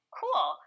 cool